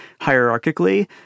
hierarchically